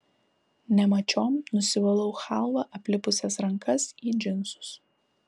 nemačiom nusivalau chalva aplipusias rankas į džinsus